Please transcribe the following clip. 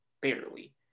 barely